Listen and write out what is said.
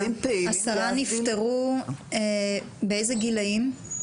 עשרה נפטרו, באיזה גילאים?